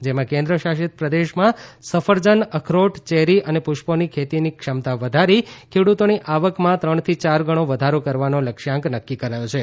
જેમાં કેન્દ્રશાસિત પ્રદેશમાં સફરજન અખરોટ ચેરી અને પ્રષ્પોની ખેતીની ક્ષમતા વધારી ખેડૂતોની આવકમાં ત્રણથી ચાર ગણો વધારો કરવાનો લક્ષ્યાંક નક્કી કરાયો છે